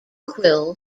quill